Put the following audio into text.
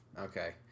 okay